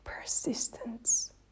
persistence